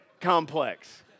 complex